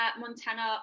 Montana